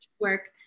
work